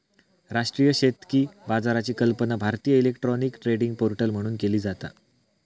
राष्ट्रीय शेतकी बाजाराची कल्पना भारतीय इलेक्ट्रॉनिक ट्रेडिंग पोर्टल म्हणून केली जाता